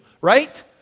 right